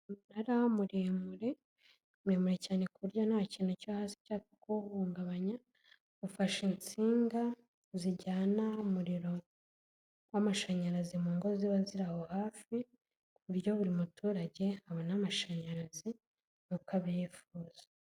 Umunara muremure muremure cyane ku buryo nta kintu cyo hasi cyapfa kuhungabanya. Ufashe insinga zijyana umuriro w'amashanyarazi mu ngo ziba ziriho hafi ku buryo buri muturage abona amashanyarazi nk'uko bayifuza.